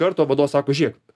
karto vadovas sako žėk